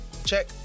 Check